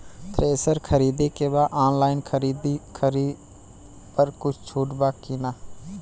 Thresher खरीदे के बा ऑनलाइन खरीद पर कुछ छूट बा कि न?